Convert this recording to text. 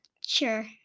Sure